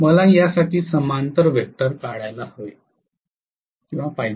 मला या साठी समांतर वेक्टर काढायला पाहिजे